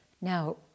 Now